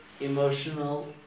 emotional